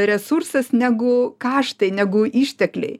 resursas negu kaštai negu ištekliai